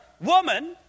Woman